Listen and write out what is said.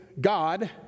God